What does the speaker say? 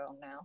now